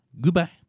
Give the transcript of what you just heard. Goodbye